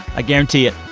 i guarantee it